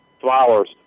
flowers